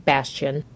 Bastion